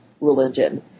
religion